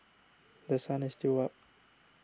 The Sun is still up